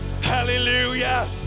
Hallelujah